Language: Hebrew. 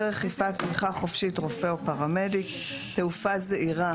רחיפה + צניחה חופשית + תעופה זעירה